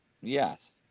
Yes